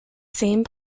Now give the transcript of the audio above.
same